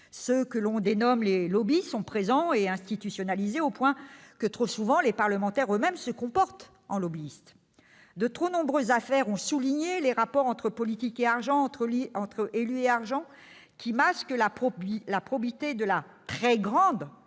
ce que l'on nomme les lobbies, sont présents et institutionnalisés au point que, trop souvent, les parlementaires eux-mêmes se comportent en lobbyistes. De trop nombreuses affaires ont illustré les rapports entre politique et argent, entre élus et argent, masquant la probité de la très grande